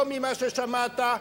לא ממה ששמעת,